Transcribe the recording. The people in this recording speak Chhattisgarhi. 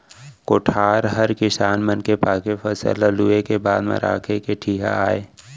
कोठार हर किसान मन के पाके फसल ल लूए के बाद म राखे के ठिहा आय